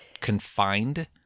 confined